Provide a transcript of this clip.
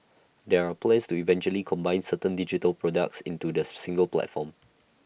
there are plans to eventually combine certain digital products into the single platform